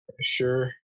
Sure